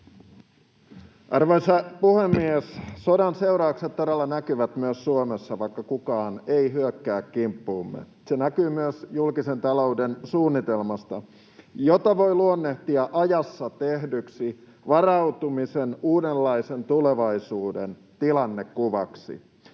Arvoisa puhemies! Sodan seuraukset todella näkyvät myös Suomessa, vaikka kukaan ei hyökkää kimppuumme. Se näkyy myös julkisen talouden suunnitelmasta, jota voi luonnehtia ajassa tehdyksi uudenlaiseen tulevaisuuteen varautumisen tilannekuvaksi.